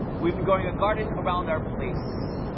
we've been growing a garden around our place.